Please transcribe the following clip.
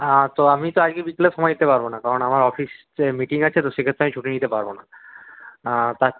হ্যাঁ তো আমি তো আজকে বিকেলে সময় দিতে পারব না কারণ আমার অফিসের মিটিং আছে তো সেক্ষেত্রে আমি ছুটি নিতে পারব না তার চেয়ে